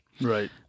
Right